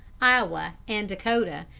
iowa, and dakota,